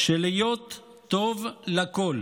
"של היות טוב לכול